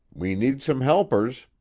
we need some helpers.